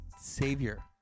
savior